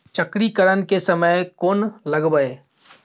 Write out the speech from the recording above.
चक्रीकरन के समय में कोन लगबै?